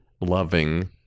loving